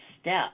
step